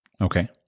Okay